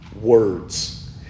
words